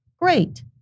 great